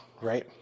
right